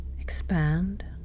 expand